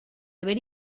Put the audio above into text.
haver